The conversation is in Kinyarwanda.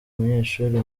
umunyeshuri